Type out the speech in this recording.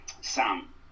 Sam